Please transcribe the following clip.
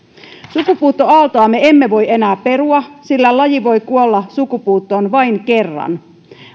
sukupuuttoaaltoa me emme voi enää perua sillä laji voi kuolla sukupuuttoon vain kerran